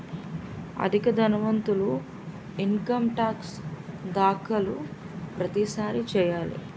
అధిక ధనవంతులు income tax దాఖలు ప్రతిసారి చేయాలి